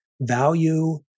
value